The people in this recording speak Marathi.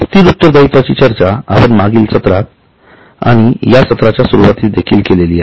स्थिर उत्तरदायित्वाची चर्चा आपण मागील सत्रात आणि या सत्राच्या सुरवातीस देखील केली आहे